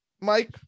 Mike